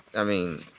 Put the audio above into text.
i mean